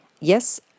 Yes